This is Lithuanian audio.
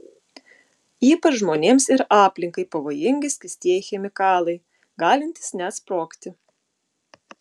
ypač žmonėms ir aplinkai pavojingi skystieji chemikalai galintys net sprogti